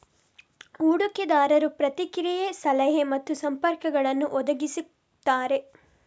ಹೂಡಿಕೆದಾರರು ಪ್ರತಿಕ್ರಿಯೆ, ಸಲಹೆ ಮತ್ತು ಸಂಪರ್ಕಗಳನ್ನು ಒದಗಿಸುತ್ತಾರೆ